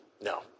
No